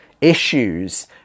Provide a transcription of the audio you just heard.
issues